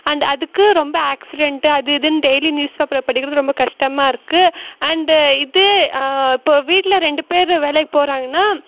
and அதுக்கு ரொம்ப accident அது இதுன்னு டெய்லி நியூஸ் பேப்பரில் படிக்கிறது ரொம்ப கஷ்டமாக இருக்குது அண்டு இதே இப்போ வீட்டில் ரெண்டுப் பேர் வேலைக்கு போகிறாங்கன்னா